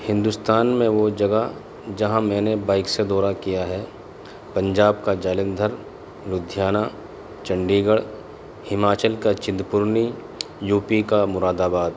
ہندوستان میں وہ جگہ جہاں میں نے بائک سے دورہ کیا ہے پنجاب کا جالندھر لدھیانہ چنڈی گڑھ ہماچل کا چند پورنی یو پی کا مراد آباد